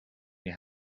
you